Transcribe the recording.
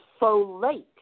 folate